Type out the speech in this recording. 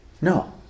no